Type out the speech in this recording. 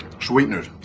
Sweeteners